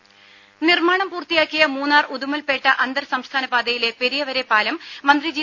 രും നിർമാണം പൂർത്തിയാക്കിയ മൂന്നാർ ഉദുമൽപേട്ട അന്തർ സംസ്ഥാന പാതയിലെ പെരിയവരെ പാലം മന്ത്രി ജി